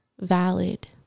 valid